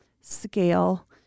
scale